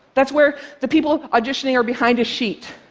that's where the people auditioning are behind a sheet.